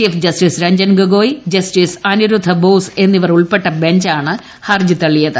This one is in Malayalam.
chief justice Ranjan Gogoi justice Aniruddha Bose എന്നിവർ ഉൾപ്പെട്ട ബെഞ്ചാണ് ഹർജി തള്ളിയത്